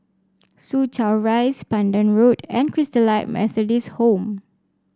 Soo Chow Rise Pandan Road and Christalite Methodist Home